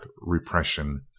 repression